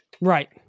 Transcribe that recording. Right